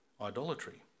idolatry